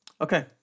Okay